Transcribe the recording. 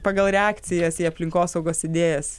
pagal reakcijas į aplinkosaugos idėjas